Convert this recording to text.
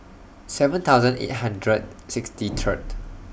seven thousand eight hundred sixty Third